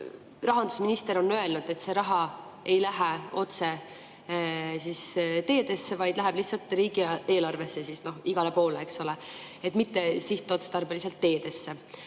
siis rahandusminister on öelnud, et see raha ei lähe otse teedesse, vaid läheb lihtsalt riigieelarvesse, igale poole, eks ole, mitte sihtotstarbeliselt teedesse.